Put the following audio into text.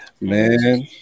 Man